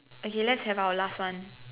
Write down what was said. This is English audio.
okay let's have our last one